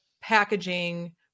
packaging